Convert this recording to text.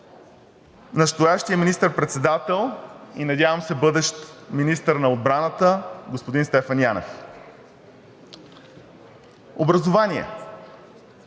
настоящия министър-председател и надявам се, бъдещ министър на отбраната господин Стефан Янев. Образование.